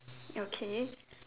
okay